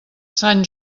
sant